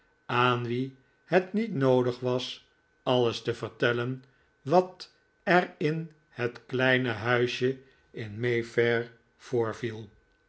aan wien het niet noodig was alles te vertellen wat er in het kleine huisje in may fair voorviel